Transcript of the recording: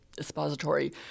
expository